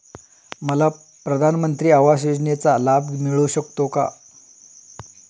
मला प्रधानमंत्री आवास योजनेचा लाभ मिळू शकतो का?